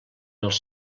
els